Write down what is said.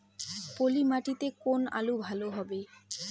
পলি মাটিতে কোন আলু ভালো হবে?